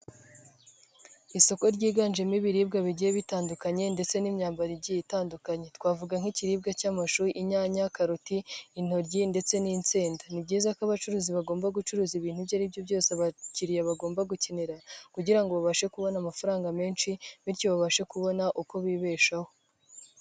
Isoko ryiganjemo ibiribwa bigiye bitandukanye ndetse n'imyambaro igiye itandukanye, twavuga nk'ibiribwa cy'amashu inyanya, karoti intoryi, ndetse n'insinda. Ni byiza ko abacuruzi bagomba gucuruza ibintu ibyo aribyo byose abakiriya bagomba gukenera, kugira ngo babashe kubona amafaranga menshi bityo babashe kubona uko bibeshaho.